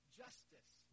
justice